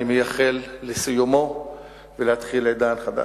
אני מייחל לסיומו ולתחילתו של עידן חדש.